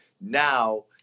Now